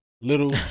Little